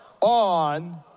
on